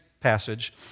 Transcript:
passage